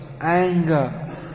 anger